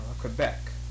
Quebec